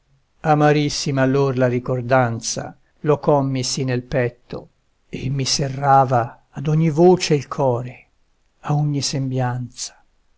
amarissima allor la ricordanza locommisi nel petto e mi serrava ad ogni voce il core a ogni sembianza